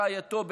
רעייתו,